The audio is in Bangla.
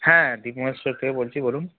হ্যাঁ দীপ মোবাইল স্টোর থেকে বলছি বলুন